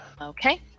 Okay